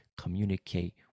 communicate